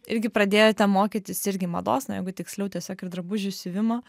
irgi pradėjote mokytis irgi mados na jeigu tiksliau tiesiog ir drabužių siuvimo